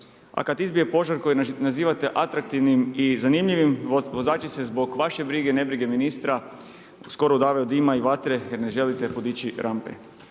a kad izbije požar koji nazivate atraktivnim i zanimljivim vozači se zbog vaše brige, nebrige ministra skoro dave od dima i vatre jer ne želite podići rampe.